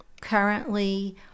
currently